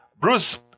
Bruce